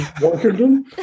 Washington